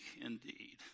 indeed